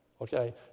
Okay